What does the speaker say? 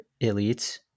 elites